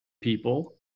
people